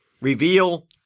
reveal